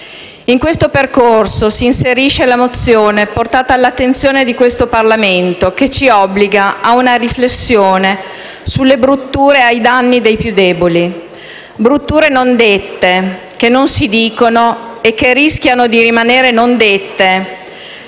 In questo percorso si inserisce la mozione portata all'attenzione del Parlamento che ci obbliga a una riflessione sulle brutture ai danni dei più deboli; brutture non dette, che non si dicono e che rischiano di rimanere non dette